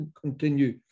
continue